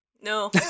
No